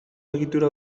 egitura